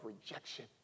rejection